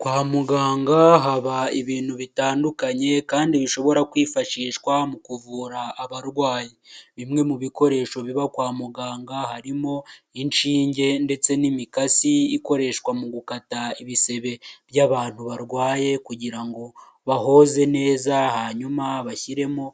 Kwa muganga haba ibintu bitandukanye kandi bishobora kwifashishwa mu kuvura abarwayi, bimwe mu bikoresho biva kwa muganga harimo inshinge ndetse n'imikasi ikoreshwa mu gukata ibisebe by'abantu barwaye kugira ngo bahoze neza hanyuma bashyiremo